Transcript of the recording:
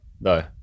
No